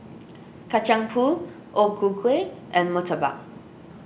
Kacang Pool O Ku Kueh and Murtabak